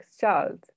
child